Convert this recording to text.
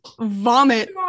vomit